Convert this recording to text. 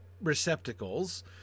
receptacles